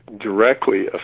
directly